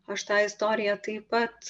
aš tą istoriją taip pat